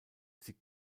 sie